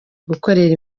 gukorera